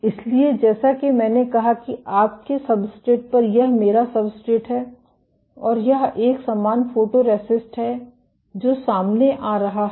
इसलिए जैसा कि मैंने कहा कि आपके सब्सट्रेट पर यह मेरा सब्सट्रेट है और यह एक समान फोटोरेसिस्ट है जो सामने आ रहा है